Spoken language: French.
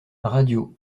radio